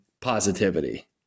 positivity